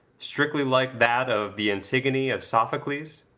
strictly like that of the antigone of sophocles?